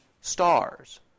stars